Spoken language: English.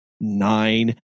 nine